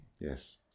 Yes